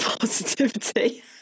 positivity